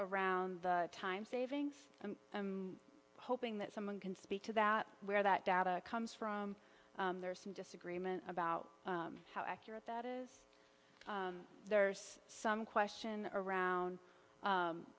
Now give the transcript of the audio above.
around the time savings and i'm hoping that someone can speak to that where that data comes from there's some disagreement about how accurate that is there's some question around